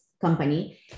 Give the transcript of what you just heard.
company